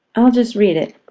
i'll just read it.